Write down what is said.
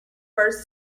first